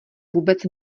vůbec